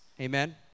Amen